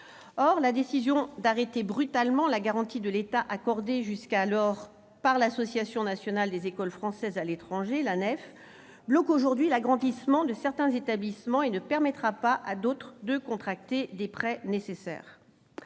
Or la décision d'arrêter brutalement la garantie de l'État, accordée jusqu'alors par l'Association nationale des écoles françaises de l'étranger, l'ANEFE, bloque aujourd'hui l'agrandissement de certains établissements et ne permettra pas à d'autres de contracter les prêts nécessaires.